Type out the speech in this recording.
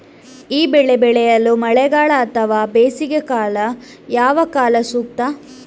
ಈ ಬೆಳೆ ಬೆಳೆಯಲು ಮಳೆಗಾಲ ಅಥವಾ ಬೇಸಿಗೆಕಾಲ ಯಾವ ಕಾಲ ಸೂಕ್ತ?